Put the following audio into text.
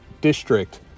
district